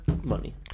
money